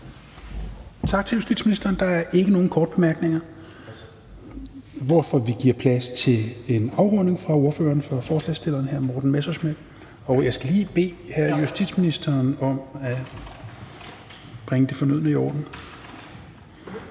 Tak til justitsministeren. Der er ikke nogen korte bemærkninger, hvorfor vi giver plads til en afrunding fra ordføreren for forslagsstillerne, hr. Morten Messerschmidt. Jeg skal lige bede justitsministeren om at bringe det fornødne i orden.